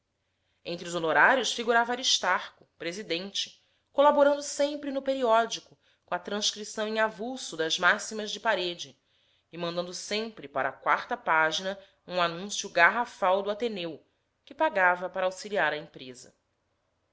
entre os honorários figurava aristarco presidente colaborando sempre no periódico com a transcrição em avulso das máximas de parede e mandando sempre para a quarta página um anúncio garrafal do ateneu que pagava para auxiliar à empresa